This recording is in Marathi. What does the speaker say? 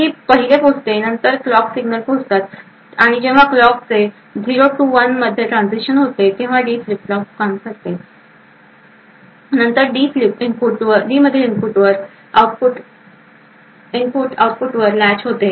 जी पहिले पोहोचते नंतर क्लॉक सिग्नल पोहोचतात आणि जेव्हा क्लॉकचे 0 ते 1 मध्ये ट्रान्झिशन होते तेव्हा डी फ्लिप फ्लॉप काम करते नंतर डी मधील इनपुट आउटपुटवर लॅच होते